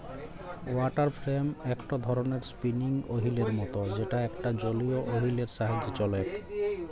water frame একটো ধরণের spinning ওহীলের মত যেটা একটা জলীয় ওহীল এর সাহায্যে চলেক